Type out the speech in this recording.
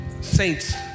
saints